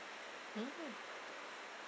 hmm